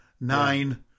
nine